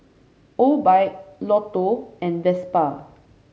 Obike Lotto and Vespa